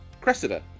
Cressida